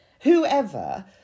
Whoever